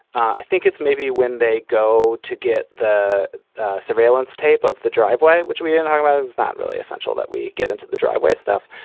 i think it's maybe when they go to get the surveillance tape of the driveway, which we didn't, um i was not really essential that we get into the driveway stuff.